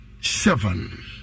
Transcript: seven